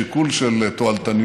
השיקול של תועלתניות,